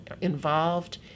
involved